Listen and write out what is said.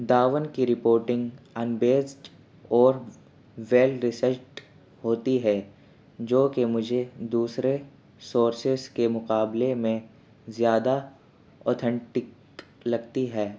Dawn کی ہوتی ہے جو کہ مجھے دوسرے سورسیس کے مقابلے میں زیادہ اوتھینٹک لگتی ہے